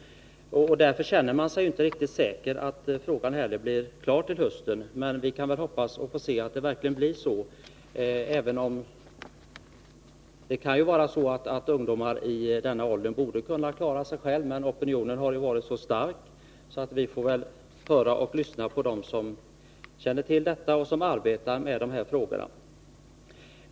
Därför känner man sig inte heller riktigt säker på att frågan blir klar till hösten. Men vi hoppas att vi får se att det verkligen blir så. Det kan ju vara så att ungdomar i denna ålder borde kunna klara sig själva, men opinionen har varit så stark att vi väl får lyssna på dem som känner till och arbetar med dessa frågor.